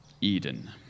Eden